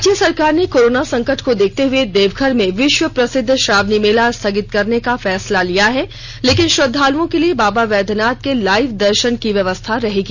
राज्य सरकार ने कोरोना संकट को देखते हुए देवघर में विश्वप्रसिद्ध श्रावणी मेला स्थगित करने का फैसला लिया है लेकिन श्रद्वालुओं के लिए बाबा वैद्वनाथ के लाइव दर्शन की व्यवस्था रहेगी